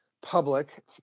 public